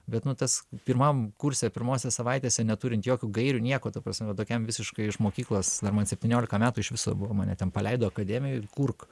bet nu tas pirmam kurse pirmose savaitėse neturint jokių gairių nieko ta prasme tokiam visiškai iš mokyklos dar man septyniolika metų iš viso buvo mane ten paleido akademijoj kurk